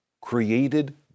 created